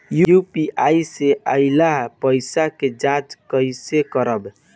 UPI से आइल पईसा के जाँच कइसे करब?